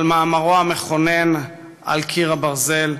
במאמרו המכונן "על קיר הברזל",